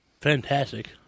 fantastic